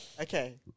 Okay